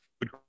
Good